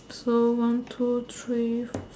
so one two three